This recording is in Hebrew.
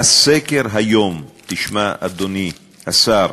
הסקר היום, תשמע, אדוני השר,